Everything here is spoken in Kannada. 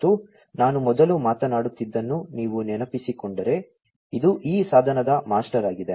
ಮತ್ತು ನಾನು ಮೊದಲು ಮಾತನಾಡುತ್ತಿದ್ದುದನ್ನು ನೀವು ನೆನಪಿಸಿಕೊಂಡರೆ ಇದು ಈ ಸಾಧನದ ಮಾಸ್ಟರ್ ಆಗಿದೆ